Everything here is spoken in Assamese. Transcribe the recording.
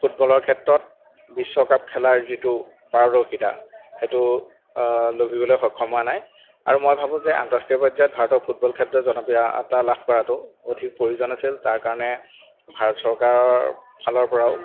ফুটবলৰ ক্ষেত্ৰত বিশ্বকাপ খেলাৰ যিটো পাৰদৰ্শিতা সেইটো লভিবলৈ সক্ষম হোৱা নাই আৰু মই ভাবোঁ যে আন্তঃৰাষ্ট্ৰীয় পৰ্যায়ত ভাৰতৰ ফুটবল ক্ষেত্ৰত জনপ্ৰিয়তা লাভ কৰাটো অধিক প্ৰয়োজন আছিল তাৰ কাৰণে ভাৰত চৰকাৰৰ ফালৰ পৰাও